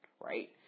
right